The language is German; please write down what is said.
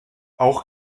auch